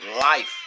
life